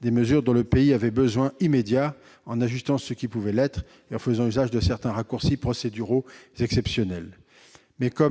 des mesures dont le pays avait besoin immédiatement, en ajustant ce qui pouvait l'être et en faisant usage de certains raccourcis procéduraux exceptionnels. Toutefois,